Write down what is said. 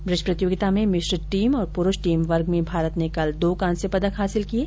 bridge प्रतियोगिता में मिश्रित टीम और पुरूष टीम वर्ग में भारत ने कल दो कांस्य पदक हासिल किये